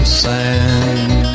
sand